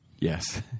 Yes